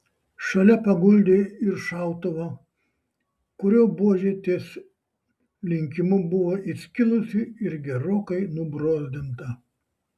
šalia paguldė ir šautuvą kurio buožė ties linkimu buvo įskilusi ir gerokai nubrozdinta